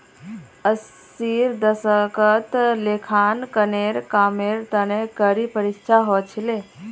अस्सीर दशकत लेखांकनेर कामेर तने कड़ी परीक्षा ह छिले